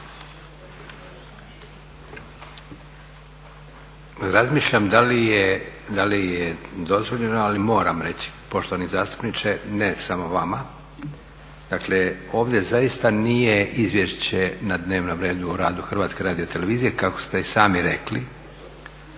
Razmišljam da li je dozvoljeno, ali moram reći. poštovani zastupniče ne samo vama, dakle ovdje zaista nije izvješće na dnevnom redu o radu Hrvatske radiotelevizije kako ste i sami rekli,